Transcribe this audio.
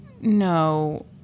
No